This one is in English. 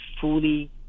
fully